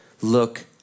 look